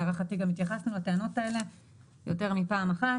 להערכתי גם התייחסנו לטענות האלה יותר מפעם אחת.